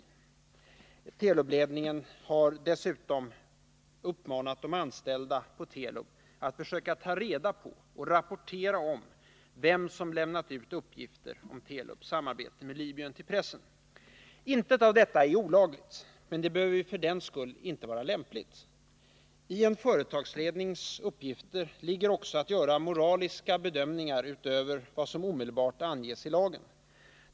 Telubledningen har dessutom uppmanat de anställda på Telub att försöka ta reda på och rapportera om vem som lämnat ut uppgifter om Telubs samarbete med Libyen till pressen. Intet av detta är olagligt. Det behöver för den skull inte vara lämpligt. I en företagslednings uppgifter ligger också att göra moraliska bedömningar utöver vad som omedelbart anges i lagen.